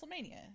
wrestlemania